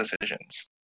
decisions